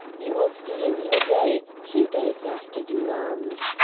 you will see him in a day, two days after you land.